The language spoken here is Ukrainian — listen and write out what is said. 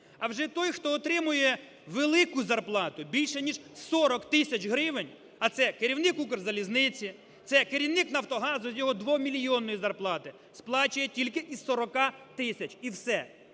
А вже той, хто отримує велику зарплату більше ніж 40 тисяч гривень, а це керівник "Укрзалізниці", це керівник "Нафтогазу" з його 2-мільйонної зарплати сплачує тільки із 40 тисяч і все.